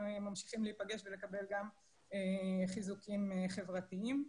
להיפגש ולקבל גם חיזוקים חברתיים.